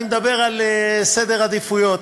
אני מדבר על סדר עדיפויות,